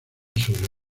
sobre